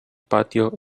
patio